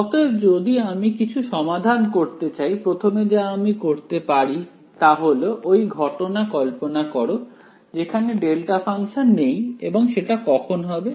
অতএব যদি আমি কিছু সমাধান করতে চাই প্রথমে যা আমি করতে পারি তা হল ওই ঘটনা কল্পনা করো যেখানে ডেল্টা ফাংশন নেই এবং সেটা কখন হবে